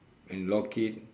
and lock it